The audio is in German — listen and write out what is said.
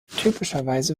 typischerweise